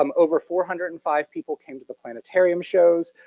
um over four hundred and five people came to the planetarium shows.